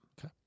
Okay